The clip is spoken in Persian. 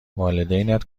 والدینت